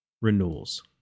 renewals